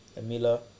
Emila